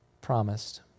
promised